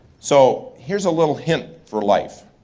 so here's a little hint for life.